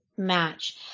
Match